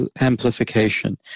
amplification